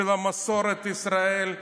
של מסורת ישראל.